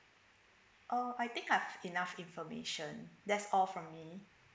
oh I think I have enough information that's all from me